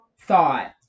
thought